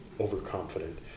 overconfident